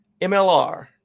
MLR